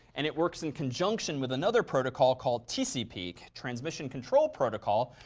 and it works in conjunction with another protocol called tcp, transmission control protocol.